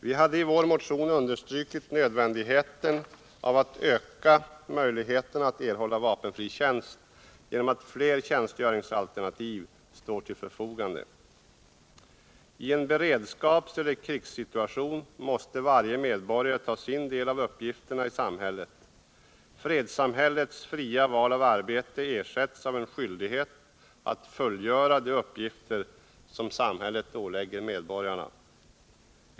Vi hade i vår motion understrukit nödvändigheten av att öka möjligheterna att erhålla vapenfri tjänst genom att ställa fler tjänstgöringsalternativ till förfogande. I en beredskapseller krigssituation måste varje medborgare ta sin del av uppgifterna i samhället. Fredssamhällets fria val av arbete ersätts av en skyldighet att fullgöra de uppgifter som samhället ålägger medborgarna.